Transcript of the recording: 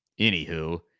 anywho